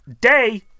day